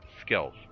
skills